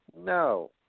No